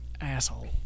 Asshole